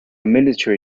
military